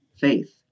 faith